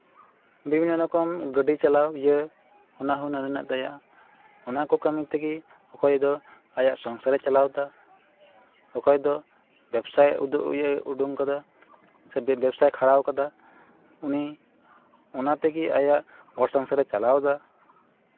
ᱵᱤᱵᱷᱤᱱᱱᱚ ᱨᱚᱠᱚᱢ ᱜᱟᱹᱰᱤ ᱪᱟᱞᱟᱣ ᱤᱭᱟᱹ ᱚᱱᱟ ᱦᱩᱱᱟᱹᱨ ᱦᱮᱱᱟᱜ ᱛᱟᱭᱟ ᱚᱱᱟ ᱠᱚ ᱠᱟᱹᱢᱤ ᱛᱮᱜᱮ ᱚᱠᱚᱭ ᱫᱚ ᱟᱭᱟᱜ ᱥᱚᱝᱥᱟᱨ ᱮ ᱪᱟᱞᱟᱣᱮᱫᱟ ᱚᱠᱚᱭ ᱫᱚ ᱵᱮᱵᱽᱥᱟᱭ ᱩᱰᱩᱠ ᱠᱟᱫᱟ ᱥᱮ ᱵᱮ ᱵᱮᱵᱽᱥᱟᱭ ᱠᱷᱟᱲᱟᱣ ᱠᱟᱫᱟ ᱩᱱᱤ ᱚᱱᱟ ᱛᱮᱜᱮ ᱟᱭᱟᱜ ᱜᱷᱚᱨ ᱥᱚᱝᱥᱟᱨ ᱮ ᱪᱟᱞᱟᱣᱮᱫᱟ